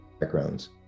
backgrounds